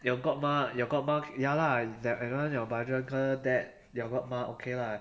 your godma your godma ya lah and that one your biological dad your godma okay lah